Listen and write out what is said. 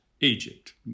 Egypt